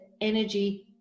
energy